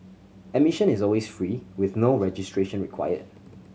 admission is always free with no registration required